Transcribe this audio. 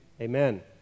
Amen